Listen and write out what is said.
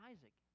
Isaac